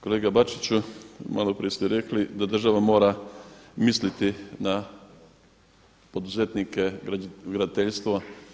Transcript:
Kolega Bačiću, malo prije ste rekli da država mora misliti na poduzetnike graditeljstva.